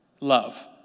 Love